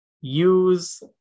use